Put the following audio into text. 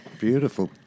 beautiful